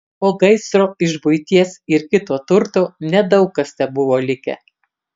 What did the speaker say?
po gaisro iš buities ir kito turto nedaug kas tebuvo likę